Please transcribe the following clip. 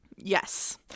yes